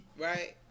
right